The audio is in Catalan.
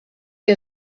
que